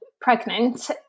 pregnant